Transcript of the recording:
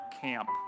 camp